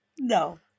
No